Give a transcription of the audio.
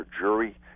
jury